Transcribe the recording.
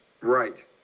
Right